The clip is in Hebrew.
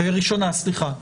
ראשונה, סליחה.